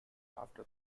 after